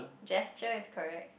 gesture is correct